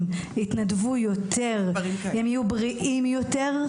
יתנדבו יותר הם יהיו בריאים יותר,